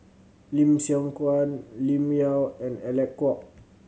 Lim Siong Guan Lim Yau and Alec Kuok